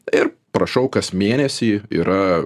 ir prašau kas mėnesį yra